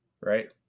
right